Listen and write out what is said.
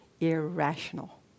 irrational